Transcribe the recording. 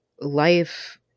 life